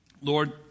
Lord